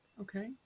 Okay